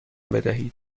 بدهید